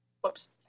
whoops